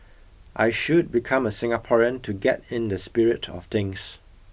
I should become a Singaporean to get in the spirit of things